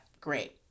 Great